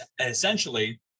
essentially